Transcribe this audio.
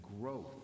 growth